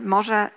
Może